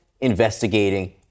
investigating